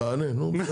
תענה, נו?